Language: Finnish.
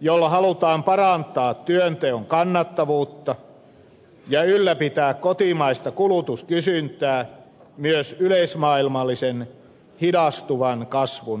jolla halutaan parantaa työnteon kannattavuutta ja ylläpitää kotimaista kulutuskysyntää myös yleismaailmallisen hidastuvan kasvun olosuhteissa